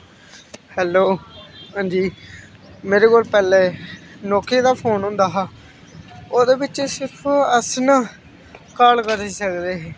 hello हां जी मेरे कोल पैह्ले नोकिया दा फोन होंदा हा ओह्दे बिच्च सिर्फ अस न कॉल करी सकदे हे